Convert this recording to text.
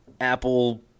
Apple